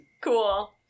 Cool